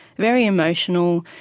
very emotional,